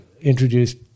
introduced